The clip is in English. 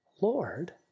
Lord